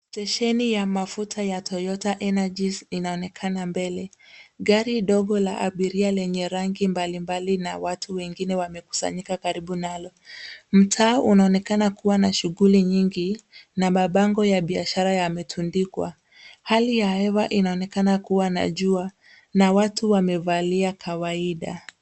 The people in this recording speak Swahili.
Stesheni ya mafuta ya Toyota Energies inaonekana mbele. Gari ndogo la abiria lenye rangi mbalimbali na watu wengine wamekusanyika karibu nalo. Mtaa unaonekana kuwa na shughuli nyingi na mabango ya biashara yametundikwa. Hali ya hewa inaonekana kuwa na jua na watu wamevalia kawaida.